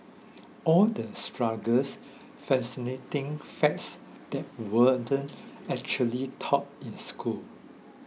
all the struggles fascinating facts that weren't actually taught in school